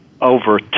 over